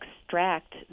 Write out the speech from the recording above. extract